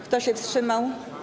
Kto się wstrzymał?